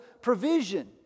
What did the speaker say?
provision